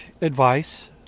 advice